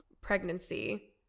pregnancy